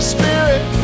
Spirit